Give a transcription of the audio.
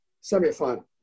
semi-final